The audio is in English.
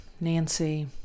Nancy